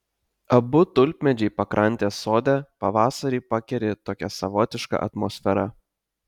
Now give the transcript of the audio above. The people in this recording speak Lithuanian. abu tulpmedžiai pakrantės sode pavasarį pakeri tokia savotiška atmosfera